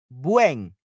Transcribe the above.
Buen